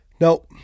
No